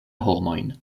homojn